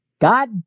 God